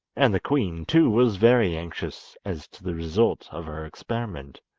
and the queen, too, was very anxious as to the result of her experiment.